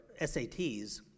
SATs